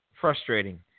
frustrating